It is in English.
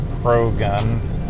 pro-gun